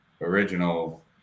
original